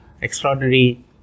extraordinary